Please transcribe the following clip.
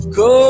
go